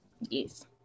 yes